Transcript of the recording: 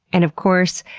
and of course,